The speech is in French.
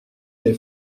les